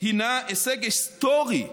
הינן הישג היסטורי,